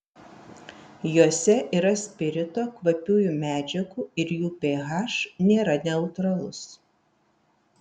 jose yra spirito kvapiųjų medžiagų ir jų ph nėra neutralus